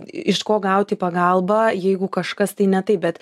iš ko gauti pagalbą jeigu kažkas tai ne taip bet